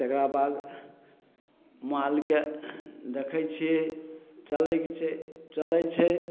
तकरा बाद मालके देखय छियै चलय छै चलय छै